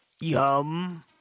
Yum